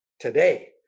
today